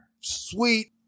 sweet